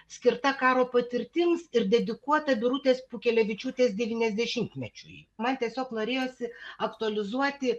skirta karo patirtims ir dedikuota birutės pūkelevičiūtės devyniasdešimtmečiui man tiesiog norėjosi aktualizuoti